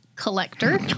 collector